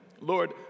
Lord